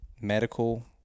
medical